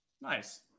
Nice